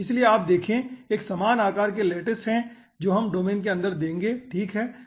इसलिए आप देखे एक समान आकार के लैटिस है जो हम डोमेन के अंदर देंगे ठीक है